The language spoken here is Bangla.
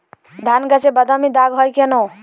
ধানগাছে বাদামী দাগ হয় কেন?